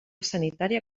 sanitària